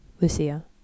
Lucia